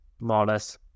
modest